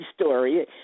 story